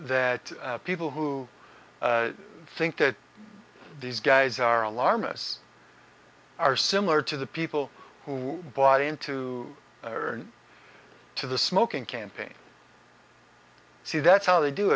that people who think that these guys are alarmists are similar to the people who bought into to the smoking campaign see that's how they do